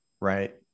right